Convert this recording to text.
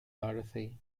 dorothy